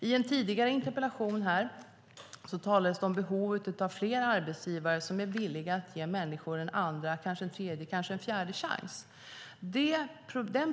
I en tidigare interpellationsdebatt talades det om behovet av flera arbetsgivare som är villiga att ge människor en andra, en tredje och kanske en fjärde chans.